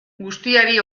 guztiari